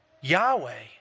Yahweh